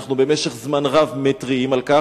במשך זמן רב אנחנו מתריעים על כך,